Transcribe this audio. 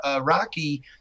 Rocky